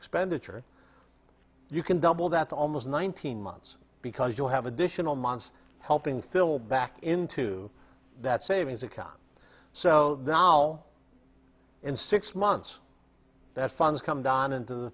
expenditure you can double that's almost nineteen months because you have additional months helping fill back into that savings account so now in six months that funds come down into the